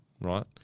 right